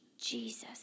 Jesus